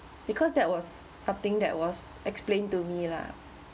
because that was something that was explained to me lah